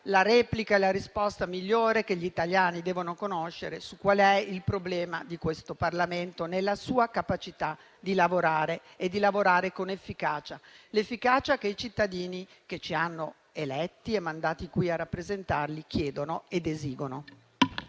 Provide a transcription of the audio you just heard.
la replica e la risposta migliore che gli italiani devono conoscere su quale sia il problema di questo Parlamento nella sua capacità di lavorare e di lavorare con efficacia; quella che i cittadini che ci hanno eletti e mandati qui a rappresentarli chiedono ed esigono.